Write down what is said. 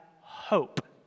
hope